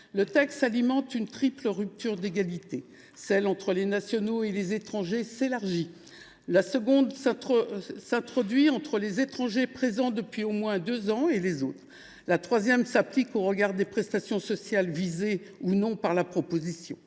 Le texte alimente une triple rupture d’égalité. La première, qui existe entre les nationaux et les étrangers, s’élargit. La deuxième s’introduit entre les étrangers présents depuis au moins deux ans et les autres. La troisième s’applique au regard des prestations sociales visées ou non par la proposition